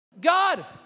God